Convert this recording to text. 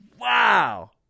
wow